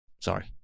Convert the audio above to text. sorry